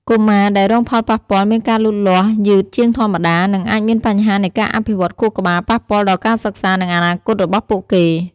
កុមារដែលរងផលប៉ះពាល់មានការលូតលាស់យឺតជាងធម្មតា និងអាចមានបញ្ហានៃការអភិវឌ្ឍខួរក្បាល ប៉ះពាល់ដល់ការសិក្សា និងអនាគតរបស់ពួកគេ។